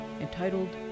entitled